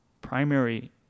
primary